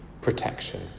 protection